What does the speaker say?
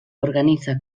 organiza